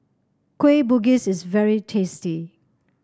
Kueh Bugis is very tasty